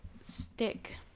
stick